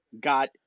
got